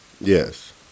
Yes